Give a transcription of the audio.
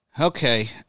Okay